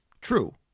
true